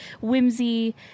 whimsy